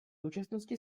současnosti